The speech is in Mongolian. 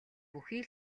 бүхий